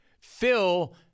Phil